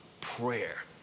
prayer